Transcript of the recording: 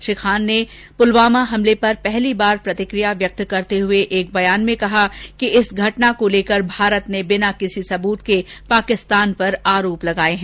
श्री खान ने पुलवामा हमले पर पहली बार प्रतिक्रिया व्यक्त करते हुए एक बयान में कहा कि इस घटना को लेकर भारत ने बिना किसी सबूत के पाकिस्तान पर आरोप लगाए हैं